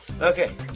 Okay